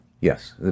Yes